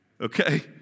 Okay